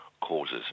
causes